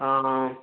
ಆಂ ಹಾಂ